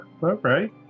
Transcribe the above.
right